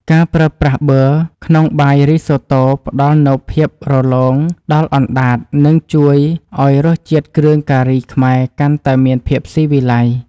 ការប្រើប្រាស់ប៊ឺក្នុងបាយរីសូតូផ្តល់នូវភាពរលោងដល់អណ្តាតនិងជួយឱ្យរសជាតិគ្រឿងការីខ្មែរកាន់តែមានភាពស៊ីវិល័យ។